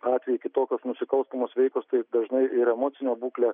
atvejai kitokios nusikalstamos veikos taip dažnai ir emocinė būklė